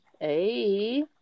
hey